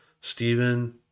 Stephen